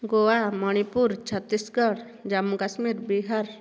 Goa Manipur Chhattisgarh Jammu Kashmir Bihar